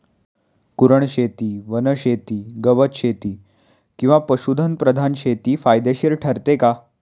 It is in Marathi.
कुरणशेती, वनशेती, गवतशेती किंवा पशुधन प्रधान शेती फायदेशीर ठरते का?